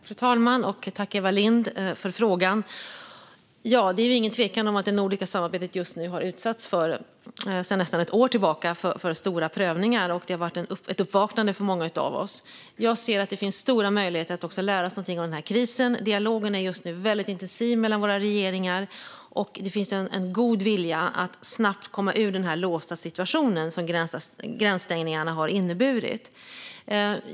Fru talman! Tack, Eva Lindh, för frågan! Det råder ingen tvekan om att det nordiska samarbetet sedan nästan ett år tillbaka har utsatts för stora prövningar. Det har varit ett uppvaknande för många av oss. Jag ser att det finns stora möjligheter att också lära sig någonting av den här krisen. Dialogen är just nu väldigt intensiv mellan våra regeringar, och det finns en god vilja att snabbt komma ur den låsta situation som gränsstängningarna har inneburit.